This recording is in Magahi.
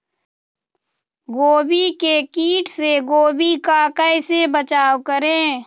गोभी के किट से गोभी का कैसे बचाव करें?